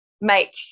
make